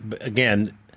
again